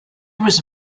was